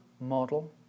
model